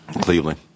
Cleveland